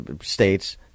states